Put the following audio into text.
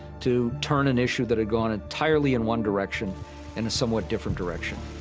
to turn an issue that had gone entirely in one direction in a somewhat different direction.